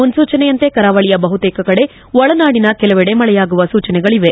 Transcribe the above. ಮುನ್ಲೂಚನೆಯಂತೆ ಕರಾವಳಿಯ ಬಹುತೇಕ ಕಡೆ ಒಳನಾಡಿನ ಕೆಲವೆಡೆ ಮಳೆಯಾಗುವ ಸೂಚನೆಗಳವೆ